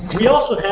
we also have